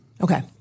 Okay